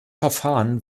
verfahren